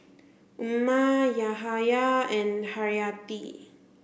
Umar Yahaya and Haryati